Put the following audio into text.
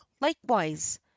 likewise